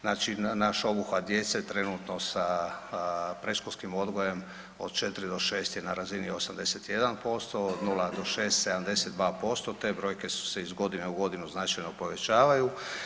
Znači, naš obuhvat djece trenutno sa predškolskim odgojem od 4 do 6 je na razini 81%, od 0 do 6 72%, te brojke su se iz godine u godinu značajno povećavaju.